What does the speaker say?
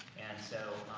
and so,